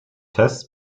tests